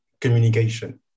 communication